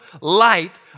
light